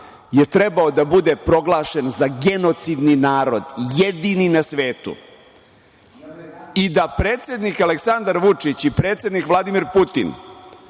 trebao je da bude proglašen za genocidni narod, jedini na svetu. Da predsednik Aleksandar Vučić i predsednik Vladimir Putin